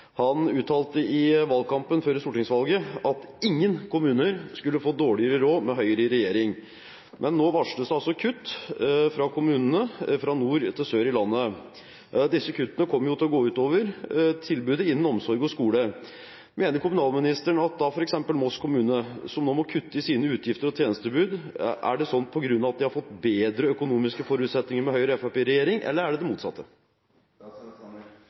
i Høyre, i valgkampen før stortingsvalget at ingen kommuner skulle få dårligere råd med Høyre i regjering. Men nå varsles det altså kutt i kommunene fra nord til sør i landet. Disse kuttene kommer til å gå ut over tilbudet innen omsorg og skole. Mener kommunalministeren da at f.eks. Moss kommune, som nå må kutte i sine utgifter og tjenestetilbud, gjør det på grunn av at de har fått bedre økonomiske forutsetninger med Høyre og Fremskrittspartiet i regjering, eller er det det motsatte